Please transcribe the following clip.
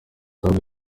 zaguye